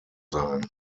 sein